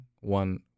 One